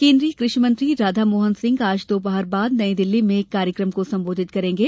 केन्द्रीय कृषि मंत्री राधामोहन सिंह आज दोपहर बाद नई दिल्ली एक कार्यक्रम को संबोधित करेंगे